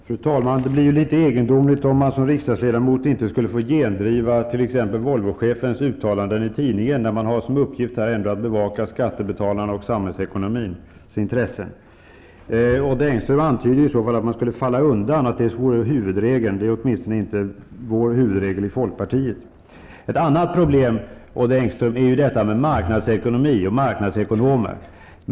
Fru talman! Det blir litet egendomligt om man som riksdagsledamot inte skulle få gendriva t.ex Volvochefens uttalanden i tidningen, när man här har som uppgift att bevaka skattebetalarnas och samhällsekonomins intressen. Odd Engström antyder i så fall att huvudregeln är att falla undan. Det är åtminstone inte vår huvudregel i folkpartiet. Ett annat problem, Odd Engström, är marknadsekonomi och marknadsekonomer.